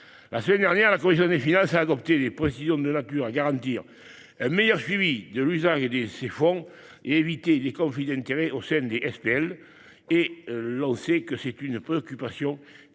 La semaine dernière, la commission des finances a adopté des précisions de nature à garantir un meilleur suivi de l'usage de ces fonds et à éviter les conflits d'intérêts au sein des SPL. On sait que c'est une préoccupation très